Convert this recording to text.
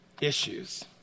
issues